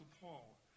Paul